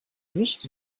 nicht